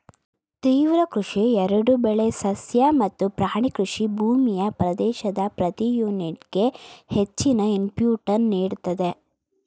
ತೀವ್ರ ಕೃಷಿ ಎರಡೂ ಬೆಳೆ ಸಸ್ಯ ಮತ್ತು ಪ್ರಾಣಿ ಕೃಷಿ ಭೂಮಿಯ ಪ್ರದೇಶದ ಪ್ರತಿ ಯೂನಿಟ್ಗೆ ಹೆಚ್ಚಿನ ಇನ್ಪುಟನ್ನು ನೀಡ್ತದೆ